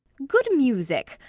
good music?